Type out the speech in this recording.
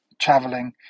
traveling